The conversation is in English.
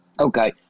Okay